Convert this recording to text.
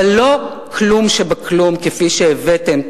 אבל לא כלום שבכלום כפי שהבאתם,